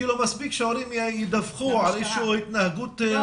מספיק שההורים ידווחו על איזושהי התנהגות.